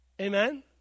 Amen